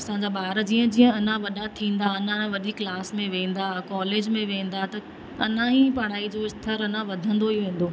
असांजा ॿार जीअं जीअं अञा वॾा थींदा अञा वॾी क्लास में वेंदा कॉलेज में वेंदा त अञा ई पढ़ाई जो स्तर अञा वधंदो ई वेंदो